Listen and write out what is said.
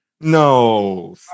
No